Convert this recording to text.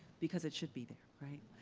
because it should be there, right?